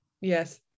Yes